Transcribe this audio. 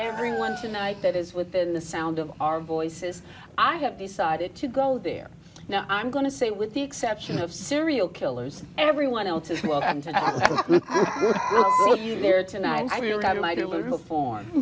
everyone tonight that is within the sound of our voices i have decided to go there now i'm going to say with the exception of serial killers everyone else is there tonight i got